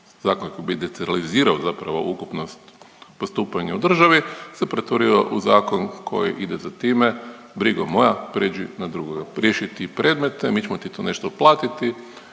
zakon koji bi decentralizirao zapravo ukupnost postupanja u državi se pretvorio u zakon koji ide za time „brigo moja prijeđi na drugoga“, riješi ti predmete, mi ćemo ti to nešto platiti,